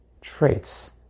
traits